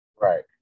right